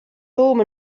home